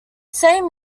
same